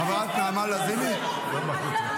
חברת הכנסת נעמה לזימי, הדיון, בחוץ.